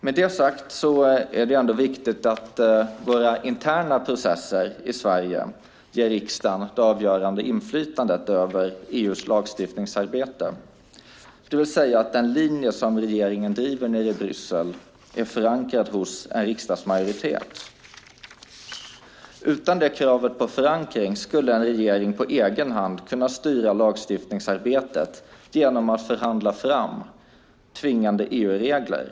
Med det sagt är det ändå viktigt att våra interna processer i Sverige ger riksdagen ett avgörande inflytande över EU:s lagstiftningsarbete, det vill säga att den linje som regeringen driver nere i Bryssel är förankrad hos en riksdagsmajoritet. Utan det kravet på förankring skulle en regering på egen hand kunna styra lagstiftningsarbetet genom att förhandla fram tvingande EU-regler.